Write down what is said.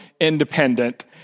independent